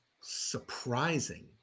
Surprising